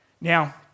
Now